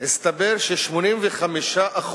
הסתבר ש-85%,